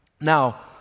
Now